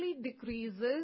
decreases